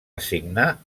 assignar